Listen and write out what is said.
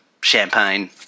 champagne